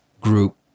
group